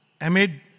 amid